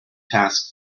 task